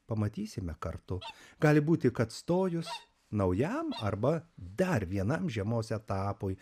pamatysime kartu gali būti kad stojus naujam arba dar vienam žiemos etapui